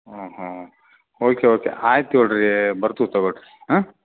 ಊಂ ಹ್ಞೂ okay okay ಆಯ್ತು ತೊಗೊಳ್ರಿ ಬರ್ತೀವಿ ತೊಗೊಳ್ರಿ ಆಂ